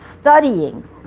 studying